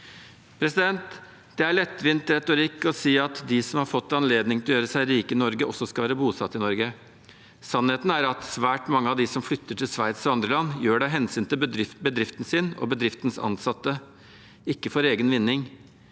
utlandet Det er lettvint retorikk å si at de som har fått anledning til å gjøre seg rike Norge, også skal være bosatt i Norge. Sannheten er at svært mange av dem som flytter til Sveits og andre land, gjør det av hensyn til bedriften sin og bedriftens ansatte, ikke for egen vinning.